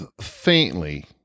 Faintly